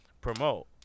promote